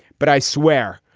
but i swear,